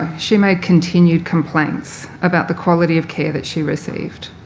she made continued complaints about the quality of care that she received.